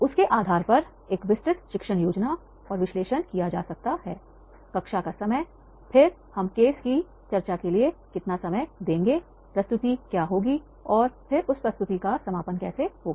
उसके आधार पर एक विस्तृत शिक्षण योजना और विश्लेषण किया जा सकता है कक्षा का समयफिर हम केस की चर्चा के लिए कितना समय देंगे तो प्रस्तुति क्या होगी और फिर उस प्रस्तुति का समापन कैसे होगा